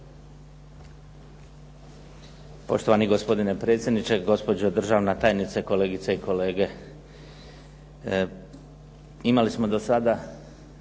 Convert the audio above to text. Poštovani gospodine predsjedniče, gospođo državna tajnice, kolegice i kolege. Imali smo do sada